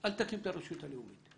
אל תקים את הרשות הלאומית.